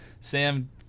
sam